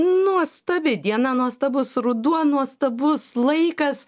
nuostabi diena nuostabus ruduo nuostabus laikas